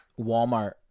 walmart